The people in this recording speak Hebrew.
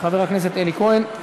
חבר הכנסת אלי כהן.